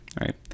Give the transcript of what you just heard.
right